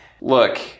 Look